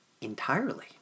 entirely